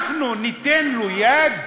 ואנחנו ניתן לו יד?